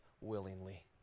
willingly